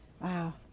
Wow